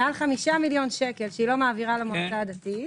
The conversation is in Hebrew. מעל 5 מיליון שקל שלא מעבירה למועצה הדתית.